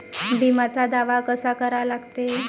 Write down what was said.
बिम्याचा दावा कसा करा लागते?